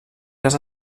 cas